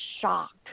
shocked